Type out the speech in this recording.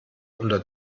unter